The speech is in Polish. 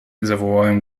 zawołałem